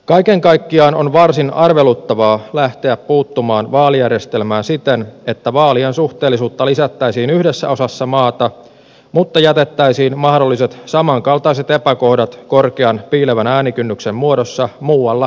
kaiken kaikkiaan on varsin arveluttavaa lähteä puuttumaan vaalijärjestelmään siten että vaalien suhteellisuutta lisättäisiin yhdessä osassa maata mutta jätettäisiin mahdolliset samankaltaiset epäkohdat korkean piilevän äänikynnyksen muodossa muualla huomiotta